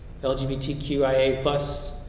LGBTQIA+